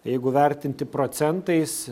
jeigu vertinti procentais